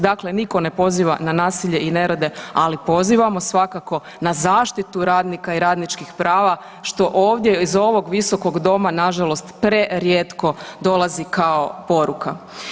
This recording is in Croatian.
Dakle, nitko ne poziva na nasilje i nerede, ali pozivamo svakako na zaštitu radnika i radničkih prava što ovdje iz ovog visokog doma prerijetko dolazi kao poruka.